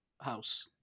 house